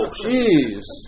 jeez